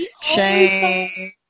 Shame